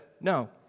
no